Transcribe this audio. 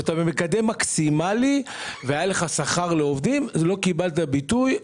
כשאתה במקדם מקסימלי והיה לך שכר לעובדים לא קיבלת ביטוי.